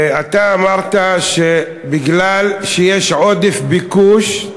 אתה אמרת שבגלל שיש עודף ביקוש,